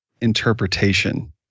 interpretation